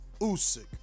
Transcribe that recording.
Usyk